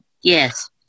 Yes